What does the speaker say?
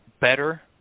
better